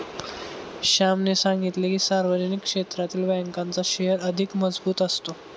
श्यामने सांगितले की, सार्वजनिक क्षेत्रातील बँकांचा शेअर अधिक मजबूत असतो